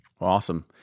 Awesome